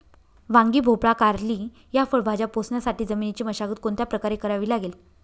वांगी, भोपळा, कारली या फळभाज्या पोसण्यासाठी जमिनीची मशागत कोणत्या प्रकारे करावी लागेल?